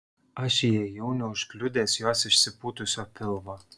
aš įėjau neužkliudęs jos išsipūtusio pilvo